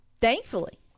thankfully